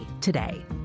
today